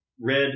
red